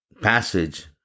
passage